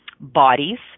bodies –